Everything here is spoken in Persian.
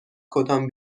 کدام